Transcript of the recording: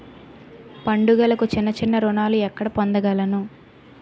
పండుగలకు చిన్న చిన్న రుణాలు ఎక్కడ పొందగలను?